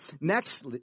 next